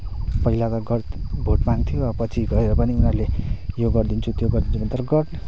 पहिला त भोट माग्थ्यो पछि गएर पनि उनीहरूले यो गरिदिन्छु त्यो गरिदिन्छु भनेर तर गर्न